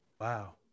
Wow